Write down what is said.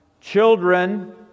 Children